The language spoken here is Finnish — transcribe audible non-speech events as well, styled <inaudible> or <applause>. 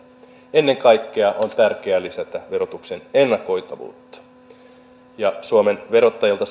ennen kaikkea on tärkeää lisätä verotuksen ennakoitavuutta ennakkopäätösten saaminen suomen verottajalta <unintelligible>